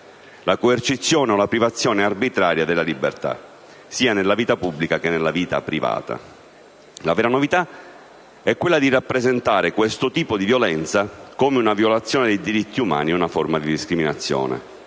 la coercizione o la privazione arbitraria della libertà, sia nella vita pubblica, che nella vita privata». La vera novità è quella di rappresentare questo tipo di violenza come una violazione dei diritti umani e una forma di discriminazione.